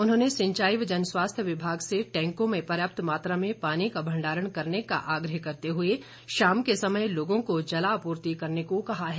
उन्होंने सिंचाई व जनस्वास्थ्य विभाग से टैंकों में पर्याप्त मात्रा में पानी का भंडारण करने का आग्रह करते हुए शाम के समय लोगों को जलापूर्ति करने को कहा है